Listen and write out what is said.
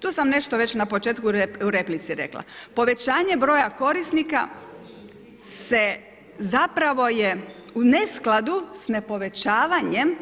Tu sam nešto već na početku u replici rekla, povećanje broja korisnika je zapravo u neskladu sa ne povećavanjem